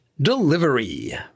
delivery